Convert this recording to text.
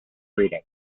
reading